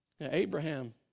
Abraham